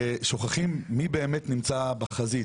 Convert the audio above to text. ושוכחים מי באמת נמצא בחזית.